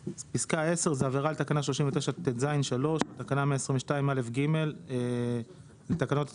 פסקה (10) זה עבירה על תקנה 39טז(3) או על תקנה 122א(ג) לתקנות התעבורה,